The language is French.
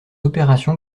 opération